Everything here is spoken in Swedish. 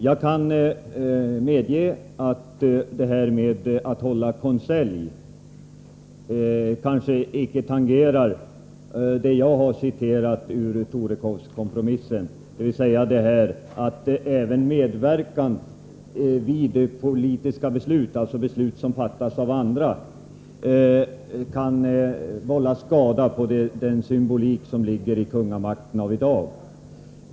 Jag kan medge att det faktum att kungen håller konselj kanske inte tangerar det jag citerade ur Torekovskompromissen, dvs. att även medverkan vid tillkomsten av politiska beslut kan vålla skada på den symbolställning som kungamakten intar i dag.